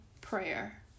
prayer